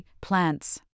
plants